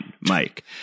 Mike